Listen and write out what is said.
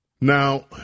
Now